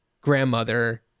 grandmother